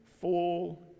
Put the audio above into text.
full